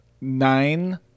nine